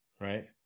right